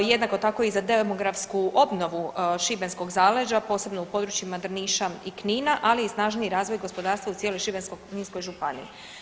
Jednako tako i za demografsku obnovu šibenskog zaleđa, a posebno u područjima Drniša i Knina, ali i snažniji razvoj gospodarstva u cijeloj Šibensko-kninskoj županiji.